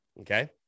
Okay